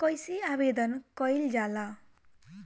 कइसे आवेदन कइल जाला?